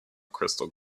crystal